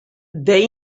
they